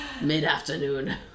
mid-afternoon